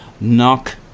knock